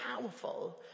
powerful